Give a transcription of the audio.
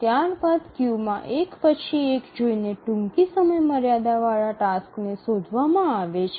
ત્યારબાદ ક્યૂમાં એક પછી એક જોઈને ટૂંકી સમયમર્યાદા વાળા ટાસ્કને શોધવામાં આવે છે